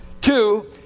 Two